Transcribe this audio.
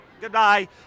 goodbye